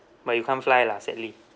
but you can't fly lah sadly